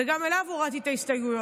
וגם בו הורדתי את ההסתייגויות,